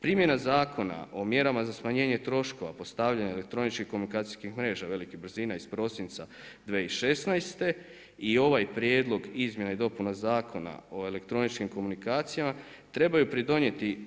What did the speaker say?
Primjena Zakona o mjerama za smanjenje troškova, postavljanje elektroničkih komasacijskih mreža velikih brzina iz prosinca 2016. i ovaj prijedloga izmjena i dopuna Zakona o elektroničkim komunikacijama, trebaju pridonijeti